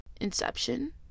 Inception